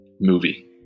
movie